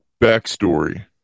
backstory